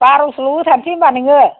बार'सल' होथारनोसै होनब्ला नोङो